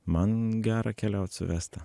man gera keliaut su vesta